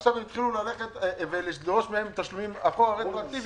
ועכשיו הם התחילו ללכת ולדרוש מהם תשלומים הכול רטרו-אקטיבי